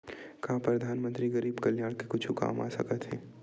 का परधानमंतरी गरीब कल्याण के कुछु काम आ सकत हे